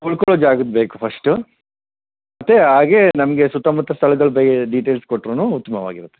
ಉಳಕೊಳ್ಳೋ ಜಾಗದ್ದು ಬೇಕು ಫಸ್ಟು ಮತ್ತೆ ಹಾಗೆ ನಮಗೆ ಸುತ್ತಮುತ್ತ ಸ್ಥಳಗಳ ಬಗ್ಗೆ ಡೀಟೇಲ್ಸ್ ಕೊಟ್ರೂ ಉತ್ತಮವಾಗಿರತ್ತೆ